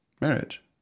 marriage